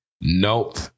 nope